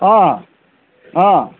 অঁ অঁ